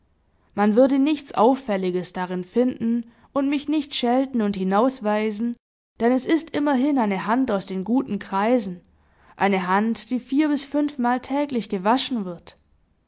man würde nichts auffälliges darin finden und mich nicht schelten und hinausweisen denn es ist immerhin eine hand aus den guten kreisen eine hand die vier bis fünfmal täglich gewaschen wird